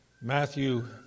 Matthew